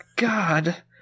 God